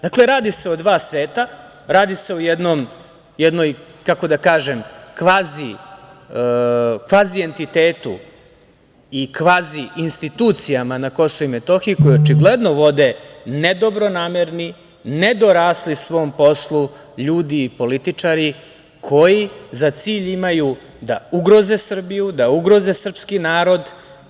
Dakle, radi se o dva sveta, radi se o jednom, kako da kažem, kvazi entitetu i kvazi institucijama na KiM koje očigledno vode nedobronamerni, nedorasli svom poslu ljudi i političari koji za cilj imaju da ugroze Srbiju, da ugroze srpski narod.